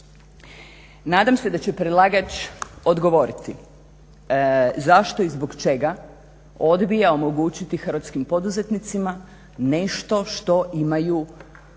Nadam se da će predlagač odgovoriti zašto i zbog čega odbija omogućiti hrvatskim poduzetnicima nešto što imaju mali